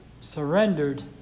surrendered